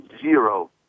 zero